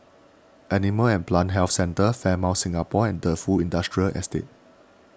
Animal and Plant Health Centre Fairmont Singapore and Defu Industrial Estate